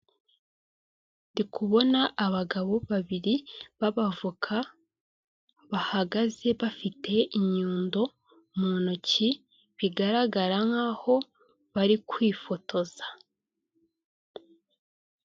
Ndi kubona abagabo babiri b'abavoka bahagaze bafite inyundo mu ntoki, bigaragara nkaho bari kwifotoza.